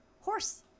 horse